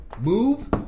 move